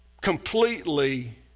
completely